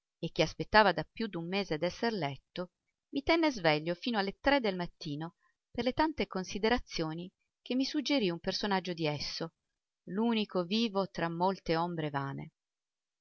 e che aspettava da più d'un mese d'esser letto mi tenne sveglio fino alle tre del mattino per le tante considerazioni che mi suggerì un personaggio di esso l'unico vivo tra molte ombre vane